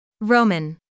Roman